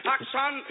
Action